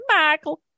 Michael